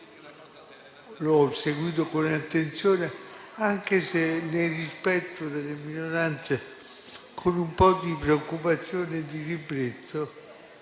l'ho seguito con attenzione, anche se nel rispetto delle minoranze, con un po' di preoccupazione e di ribrezzo